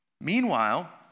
Meanwhile